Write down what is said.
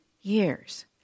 years